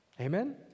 Amen